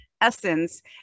essence